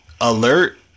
alert